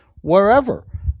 wherever